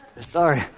sorry